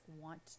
want